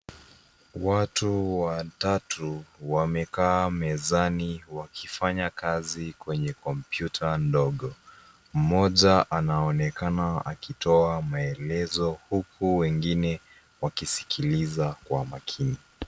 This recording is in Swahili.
Watu watatu wamekaa mezani wakifanya kazi kwenye kompyuta ndogo. Mmoja anaonekana akitoa maelezo huku wengine wakisikiliza kwa makini.